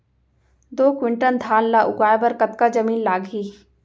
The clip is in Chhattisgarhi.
दो क्विंटल धान ला उगाए बर कतका जमीन लागही?